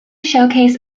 showcase